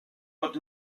bod